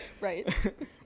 right